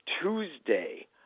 Tuesday